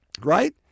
Right